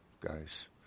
guys